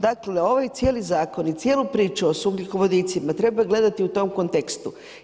Dakle, ovaj cijeli zakon i cijelu priču sa ugljikovodicima treba gledati u tom kontekstu.